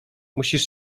musisz